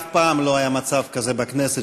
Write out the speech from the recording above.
אף פעם לא היה מצב כזה בכנסת,